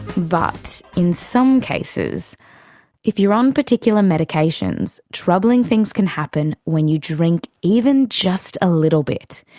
but in some cases if you are on particular medications, troubling things can happen when you drink even just a little bit.